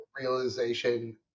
realization